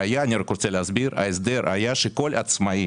אני רק רוצה להסביר, ההסדר היה שכל עצמאי